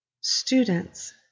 students